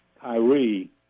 Kyrie